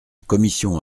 commission